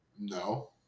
no